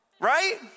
right